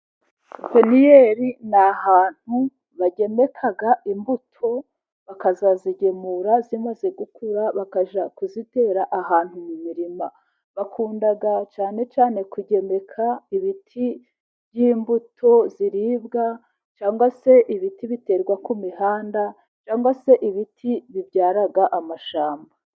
Pepeniyeri ni ahantu bagemeka imbuto bakazazigemura zimaze gukura, bakajya kuzitera ahantu mu mirima. Bakunda cyane cyane kugemeka ibiti by'imbuto ziribwa, cyangwa se ibiti biterwa ku mihanda, cyangwa se ibiti bibyara amashyamba.